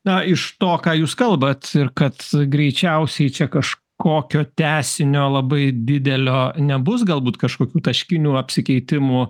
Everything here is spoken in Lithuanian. na iš to ką jūs kalbat ir kad greičiausiai čia kažkokio tęsinio labai didelio nebus galbūt kažkokių taškinių apsikeitimų